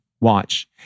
Watch